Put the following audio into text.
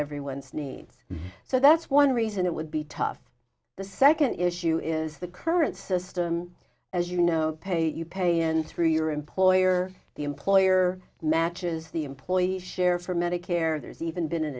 everyone's needs so that's one reason it would be tough the second issue is the current system as you know pay you pay and through your employer the employer matches the employee share for medicare there's even been an